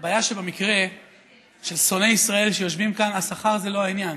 הבעיה היא שבמקרה של שונאי ישראל שיושבים כאן השכר זה לא העניין.